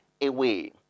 away